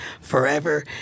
forever